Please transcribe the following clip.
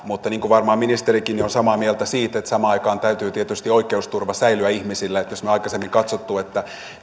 mutta niin kuin varmaan ministerikin on samaa mieltä samaan aikaan täytyy tietysti oikeusturvan säilyä ihmisillä eli jos me olemme aikaisemmin katsoneet että